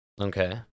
Okay